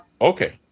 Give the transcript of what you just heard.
Okay